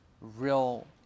real